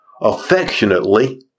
affectionately